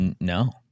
No